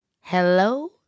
Hello